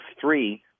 three